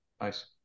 Nice